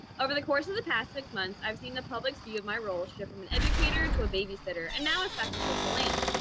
over the course of the past six months, i've seen the public's view of my role shift from an educator to a babysitter, and now a sacrificial lamb.